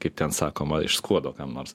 kaip ten sakoma iš skuodo kam nors